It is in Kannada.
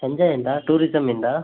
ಸಂಜಯ್ ಅಂತ ಟೂರಿಸಮ್ನಿಂದ